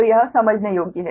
तो यह समझने योग्य है